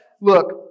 look